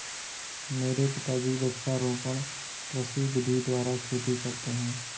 मेरे पिताजी वृक्षारोपण कृषि विधि द्वारा खेती करते हैं